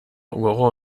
gogo